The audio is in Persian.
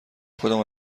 کدام